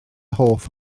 hoff